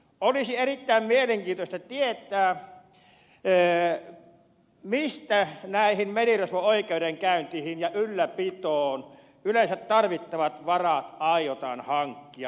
olisi erittäin mielenkiintoista tietää mistä näihin merirosvo oikeudenkäynteihin ja ylläpitoon yleensä tarvittavat varat aiotaan hankkia